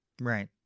Right